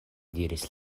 diris